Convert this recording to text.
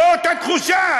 זאת התחושה.